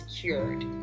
cured